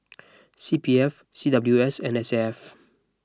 C P F C W S and S A F